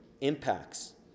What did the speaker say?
impacts